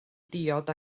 diod